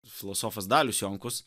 filosofas dalius jonkus